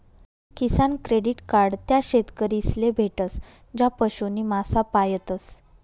किसान credit card त्या शेतकरीस ले भेटस ज्या पशु नी मासा पायतस